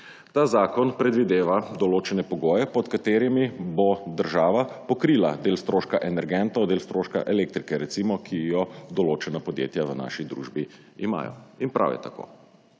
Ta zakon predvideva določene pogoje pod katerimi bo država pokrila del stroška energentov, del stroška elektrike recimo, ki jo določena podjetja v naši družbi imajo in prav je tako.